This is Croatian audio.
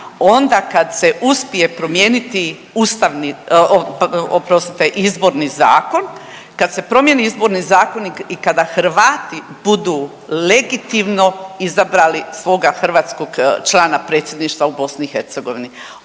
onda kad se uspije promijeniti ustavni, oprostite izborni zakon. Kad se promijeni izborni zakon i kada Hrvati budu legitimno izabrali svoga hrvatskog člana predsjedništva u BiH.